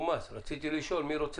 מאז שבאתי אני עובד רק על משרד